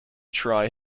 try